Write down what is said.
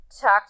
talk